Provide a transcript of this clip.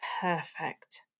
perfect